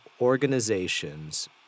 organizations